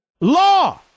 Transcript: law